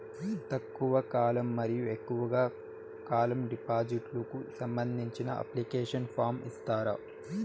తక్కువ కాలం మరియు ఎక్కువగా కాలం డిపాజిట్లు కు సంబంధించిన అప్లికేషన్ ఫార్మ్ ఇస్తారా?